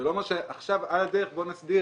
זה לא אומר שעכשיו על הדרך בואו נסדיר